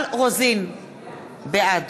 בעד